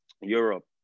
Europe